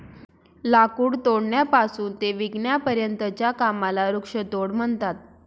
लाकूड तोडण्यापासून ते विकण्यापर्यंतच्या कामाला वृक्षतोड म्हणतात